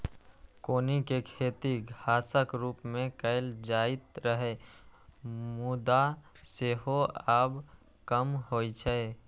कौनी के खेती घासक रूप मे कैल जाइत रहै, मुदा सेहो आब कम होइ छै